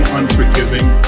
unforgiving